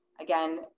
Again